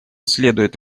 следует